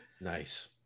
Nice